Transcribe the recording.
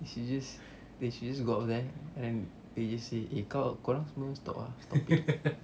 you should just you should just go up there and then you just say kalau kau orang semua stop ah stop it